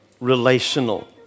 relational